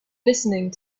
listening